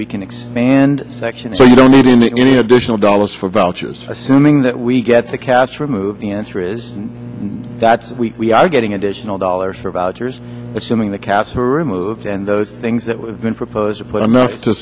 we can expand the section so you don't need in any additional dollars for vouchers assuming that we get the cas removed the answer is that we are getting additional dollars for vouchers assuming the caps were removed and those things that would have been proposed put enough to